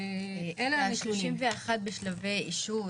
אלה ה- 31 תוכניות בשלבי אישור,